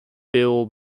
bill